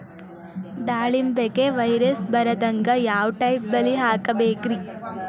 ದಾಳಿಂಬೆಗೆ ವೈರಸ್ ಬರದಂಗ ಯಾವ್ ಟೈಪ್ ಬಲಿ ಹಾಕಬೇಕ್ರಿ?